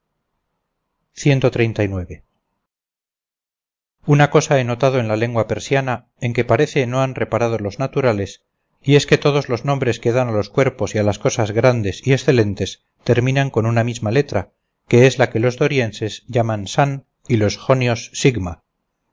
una cosa he notado en la lengua persa en que parece no han reparado los naturales y es que todos los nombres que dan a los cuerpos y a las cosas grandes y excelentes terminan con una misma letra que es la que los dorienses llaman san y los jonios sigma